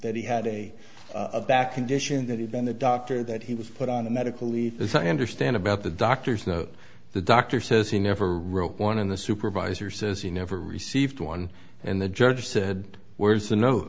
that he had a back condition that had been the doctor that he was put on a medical leave as i understand about the doctor's note the doctor says he never wrote one in the supervisor says he never received one and the judge said where's the note